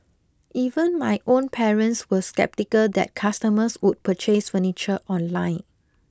even my own parents were sceptical that customers would purchase furniture online